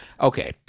Okay